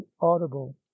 audible